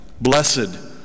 blessed